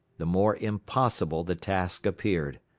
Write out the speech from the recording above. the more impossible the task appeared.